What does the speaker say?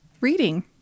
reading